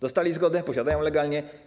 Dostali zgodę, posiadają legalnie.